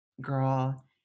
girl